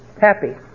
Happy